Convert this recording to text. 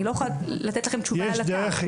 אני לא יכולה לתת לכם תשובה על אתר.